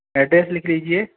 address लिख लीजिए